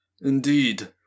Indeed